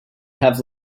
have